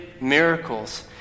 miracles